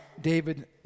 David